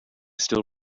still